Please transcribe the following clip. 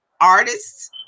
artists